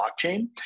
blockchain